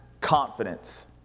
confidence